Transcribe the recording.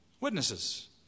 Witnesses